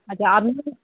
আচ্ছা আপনি